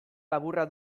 laburra